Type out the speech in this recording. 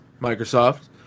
Microsoft